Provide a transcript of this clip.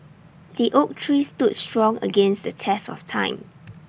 the oak tree stood strong against the test of time